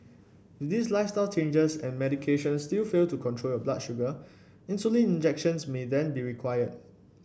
if these lifestyle changes and medication still fail to control your blood sugar insulin injections may then be required